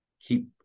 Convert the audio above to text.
keep